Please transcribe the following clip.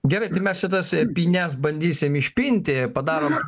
geraintai mes šitas pynes bandysim išpinti padarom